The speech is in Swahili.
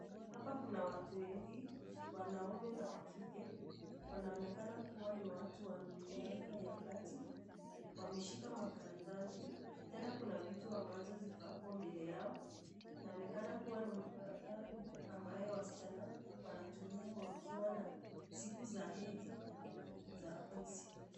Hapa kuna watu wengi, wanaume na wa kike, wanaonekana kuwa ni watu wa miaka ya kati, wameshika makaratasi tena kuna vitu ambazo ziko hapo mbele yao, inaonekana kuwa ni makaratasi ambayo wasichana wanatumia wakiwa na siku za hedhi za mwezi.